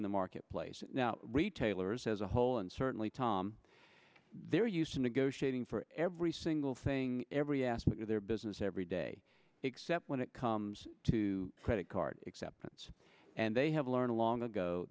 in the marketplace now retailers as a whole and certainly tom they're used to negotiating for every single thing every aspect of their business every day except when it comes to credit card acceptance and they have learned long ago